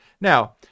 Now